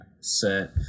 set